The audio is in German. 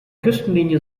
küstenlinie